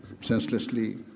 senselessly